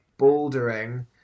bouldering